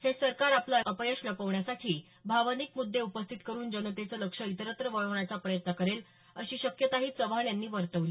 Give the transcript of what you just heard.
हे सरकार आपलं अपयश लपवण्यासाठी भावनिक मुद्दे उपस्थित करून जनतेचं लक्ष इतरत्र वळवण्याचा प्रयत्न करेल अशी शक्यताही चव्हाण यांनी वर्तवली